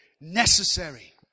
necessary